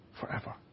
forever